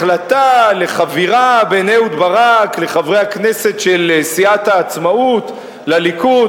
החלטה על חבירה בין אהוד ברק לחברי הכנסת של סיעת העצמאות לליכוד,